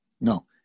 No